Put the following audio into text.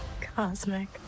cosmic